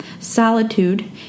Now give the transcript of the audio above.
solitude